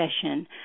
session